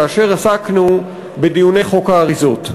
כאשר עסקנו בחוק האריזות.